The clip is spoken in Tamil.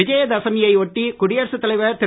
விஜயதசமியை ஒட்டி குடியரசுத் தலைவர் திரு